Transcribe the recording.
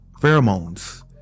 pheromones